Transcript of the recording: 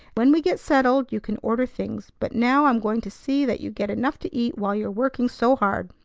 when we get settled, you can order things but now i'm going to see that you get enough to eat while you're working so hard.